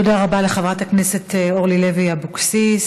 תודה רבה לחברת הכנסת אורלי לוי אבקסיס.